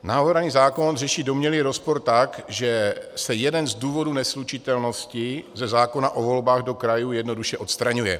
Navrhovaný zákon řeší domnělý rozpor tak, že se jeden z důvodů neslučitelnosti ze zákona o volbách do krajů jednoduše odstraňuje.